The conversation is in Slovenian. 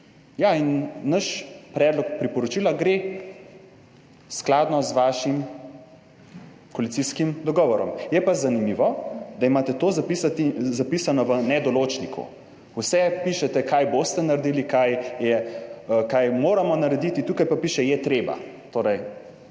naš predlog priporočila gre skladno z vašim koalicijskim dogovorom. Je pa zanimivo, da imate to zapisati, zapisano v nedoločniku. Vse pišete, kaj boste naredili, kaj je, kaj moramo narediti, tukaj pa piše "je treba".